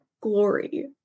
glory